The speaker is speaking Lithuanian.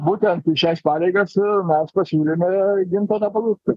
būtent šias pareigas mes pasiūlėm gintautui paluckui